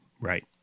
Right